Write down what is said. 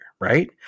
right